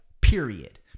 period